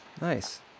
Nice